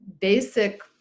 basic